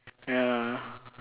yeah